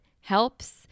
helps